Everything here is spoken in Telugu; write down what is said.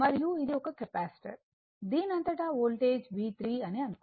మరియు ఇది ఒక కెపాసిటర్ దీని అంతటా వోల్టేజ్V3 అని అనుకుందాం